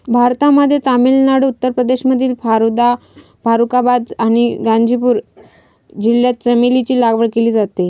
भारतामध्ये तामिळनाडू, उत्तर प्रदेशमधील फारुखाबाद आणि गाझीपूर जिल्ह्यात चमेलीची लागवड केली जाते